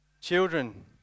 Children